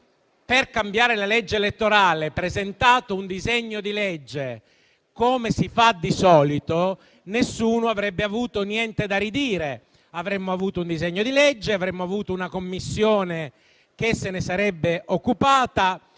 per cambiare la legge elettorale, avesse presentato un disegno di legge come si fa di solito, nessuno avrebbe avuto niente da ridire. Avremmo avuto un disegno di legge, avremmo avuto una Commissione che se ne sarebbe occupata,